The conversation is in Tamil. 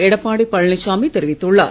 எடப்பாடி பழனிசாமி தெரிவித்துள்ளார்